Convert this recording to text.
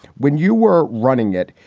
when you were running it,